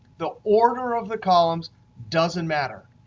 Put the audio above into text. the order of the columns doesn't matter.